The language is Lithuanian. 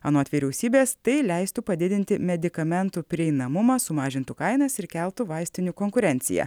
anot vyriausybės tai leistų padidinti medikamentų prieinamumą sumažintų kainas ir keltų vaistinių konkurenciją